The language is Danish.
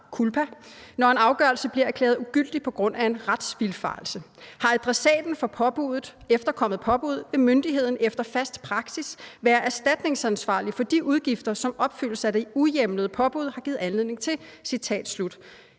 når en afgørelse bliver erklæret ugyldig på grund af en retsvildfarelse. Har adressaten for påbuddet efterkommet påbuddet, vil myndigheden efter fast praksis være erstatningsansvarlig for de udgifter, som opfyldelse af det uhjemlede påbud har givet anledning til.